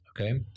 Okay